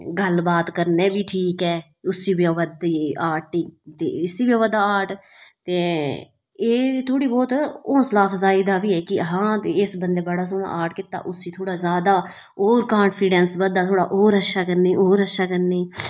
गल्लबात करनी बी जरूरी ऐ उसी बी अवा दी आर्ट ते इसी बी अवा जा आर्ट ते एह् तोह्ड़ा हौंसला अफजाई दी बी थोह्ड़ा इक बंदे बड़ा सोह्ना आर्ट कीता उसी बड़ा सोह्ना होर कांफिटैंस बधदा थोह्ड़ा होर अच्छा करने होर अच्छा करने